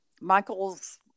Michael's